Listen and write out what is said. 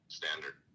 standard